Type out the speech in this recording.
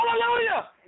Hallelujah